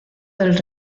del